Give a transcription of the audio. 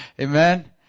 Amen